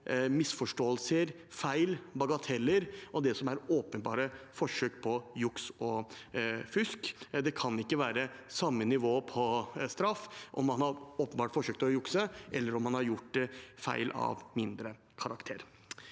misforståelser, feil og bagateller og det som er åpenbare forsøk på juks og fusk. Det kan ikke være samme nivå på straff om man åpenbart har forsøkt å jukse, som det er om man har gjort feil av mindre karakter.